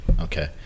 Okay